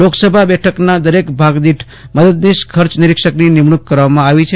લોકસભા બેઠકના દરેક ભાગ દીઠ મદદનીશ ખર્ચ નિરીક્ષકની નિમણૂંક કરવામાં આવી છે